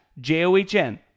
j-o-h-n